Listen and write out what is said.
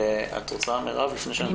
את רוצה, מרב, לפני שאני אתן לפרקליטות?